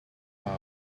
have